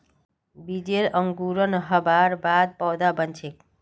बीजेर अंकुरण हबार बाद पौधा बन छेक